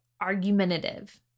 argumentative